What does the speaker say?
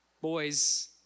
boys